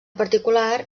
particular